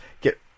get